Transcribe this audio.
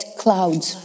clouds